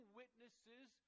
witnesses